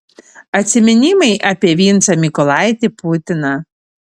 atsiminimai apie vincą mykolaitį putiną